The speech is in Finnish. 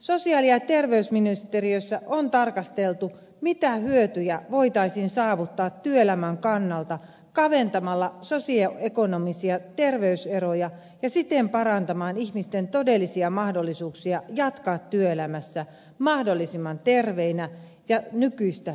sosiaali ja terveysministeriössä on tarkasteltu mitä hyötyjä voitaisiin saavuttaa työelämän kannalta kaventamalla sosioekonomisia terveyseroja ja siten parantamalla ihmisten todellisia mahdollisuuksia jatkaa työelämässä mahdollisimman terveinä ja nykyistä pidempään